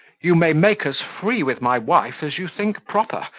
you may make as free with my wife as you think proper,